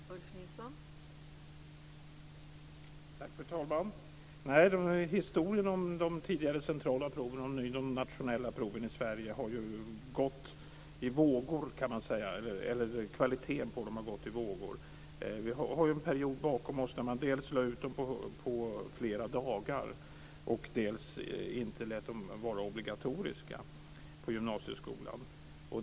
Fru talman! Man kan säga att kvaliteten på de tidigare centrala proven och nu de nationella proven i Sverige har gått i vågor. Vi har en period bakom oss när man dels lade ut dem på flera dagar, dels inte lät dem vara obligatoriska på gymnasieskolan.